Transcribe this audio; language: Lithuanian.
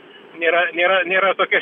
nėra nėra nėra tokia